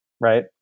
Right